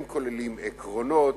שכוללים עקרונות,